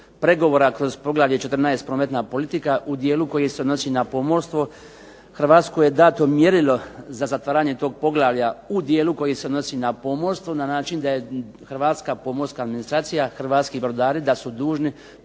pregovora kroz poglavlje 14. prometna politika u dijelu koje se odnosi na pomorstvo Hrvatskoj je dato mjerilo za zatvaranje tog poglavlja u dijelu koji se odnosi na pomorstvo, na način da je Hrvatska pomorska administracija, hrvatski brodari da su dužni